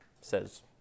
says